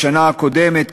בשנה הקודמת,